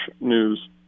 news